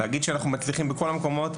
להגיד שאנחנו מצליחים בכל המקומות?